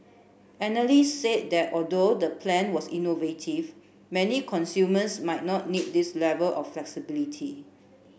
analysts said that although the plan was innovative many consumers might not need this level of flexibility